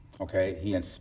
Okay